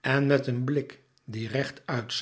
en met een blik die recht uit